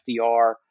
FDR